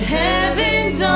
heavens